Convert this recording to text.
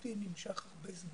הפרקליטותי נמשך הרבה זמן.